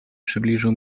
przybliżył